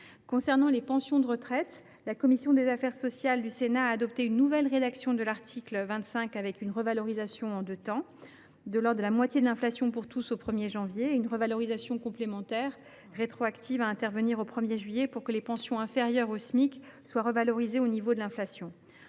concerne les pensions de retraite, votre commission des affaires sociales a adopté une nouvelle rédaction de l’article 25, avec une revalorisation en deux temps : de l’ordre de la moitié de l’inflation pour tous au 1 janvier et une revalorisation complémentaire rétroactive à intervenir au 1 juillet, de manière que les pensions inférieures au Smic soient revalorisées au niveau de l’inflation.